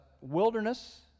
wilderness